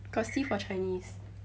got C for chinese